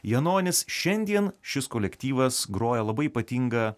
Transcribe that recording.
janonis šiandien šis kolektyvas groja labai ypatingą